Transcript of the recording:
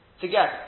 together